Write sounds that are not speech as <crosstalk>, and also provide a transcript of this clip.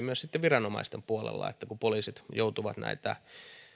<unintelligible> myös sitten viranomaisten puolella kun poliisit joutuvat näitä